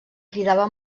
cridava